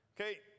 Okay